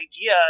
idea